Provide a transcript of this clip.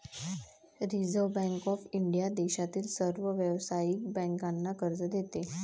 reserve Bank of India देशातील सर्व व्यावसायिक बँकांना कर्ज देते